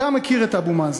אתה מכיר את אבו מאזן.